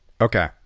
Okay